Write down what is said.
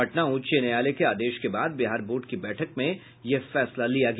पटना उच्च न्यायालय के आदेश के बाद बिहार बोर्ड की बैठक में यह फैसला लिया गया